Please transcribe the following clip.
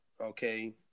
okay